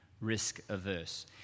risk-averse